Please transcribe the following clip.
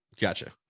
Gotcha